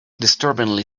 disturbingly